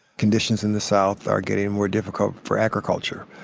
conditions in the south are getting more difficult for agriculture.